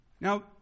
Now